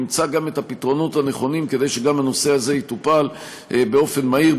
נמצא גם את הפתרונות הנכונים כדי שגם הנושא הזה יטופל באופן מהיר,